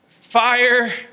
Fire